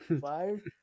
Five